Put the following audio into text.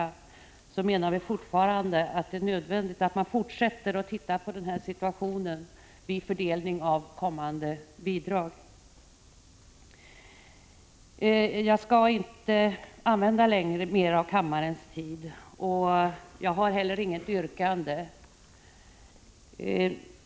Vi menade också, och gör det fortfarande, att det är nödvändigt att man tittar på denna situation vid fördelningen av kommande bidrag. Jag skall inte använda mer av kammarens tid. Jag har heller inget yrkande.